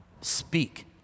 speak